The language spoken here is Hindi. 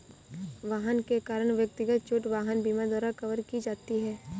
वाहन के कारण व्यक्तिगत चोट वाहन बीमा द्वारा कवर की जाती है